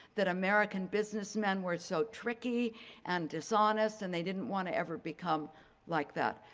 that american business men were so tricky and dishonest and they didn't want to ever become like that.